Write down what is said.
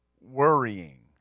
worrying